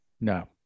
No